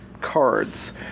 cards